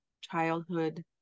childhood